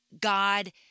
God